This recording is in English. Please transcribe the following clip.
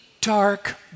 dark